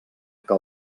que